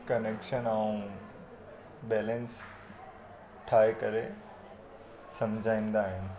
connection ऐं balance ठाहे करे सम्झाईंदा आहिनि